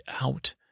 out